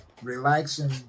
Relaxing